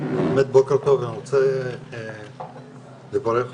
אני רוצה לברך אותך,